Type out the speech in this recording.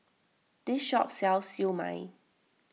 this shop sells Siew Mai